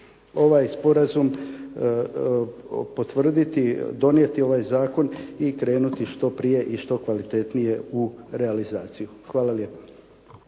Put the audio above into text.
ovaj sporazum potvrditi, donijeti ovaj zakon i krenuti što prije i što kvalitetnije u realizaciju. Hvala lijepa.